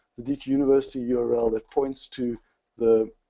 the deque university yeah url that points to the